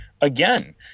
again